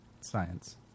science